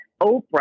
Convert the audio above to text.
Oprah